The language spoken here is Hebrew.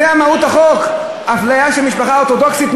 זו מהות החוק: אפליה של משפחה אורתודוקסית.